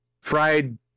fried